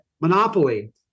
monopoly